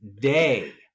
day